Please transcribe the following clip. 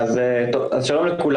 לכולם.